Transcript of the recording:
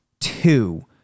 two